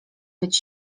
być